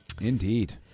Indeed